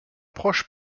proche